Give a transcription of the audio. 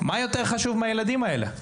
מה יותר חשוב מהילדים האלה?